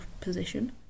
position